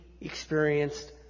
experienced